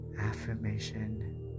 affirmation